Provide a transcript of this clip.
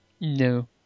No